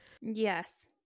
yes